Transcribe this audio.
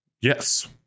Yes